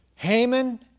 Haman